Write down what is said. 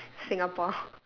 singapore